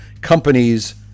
companies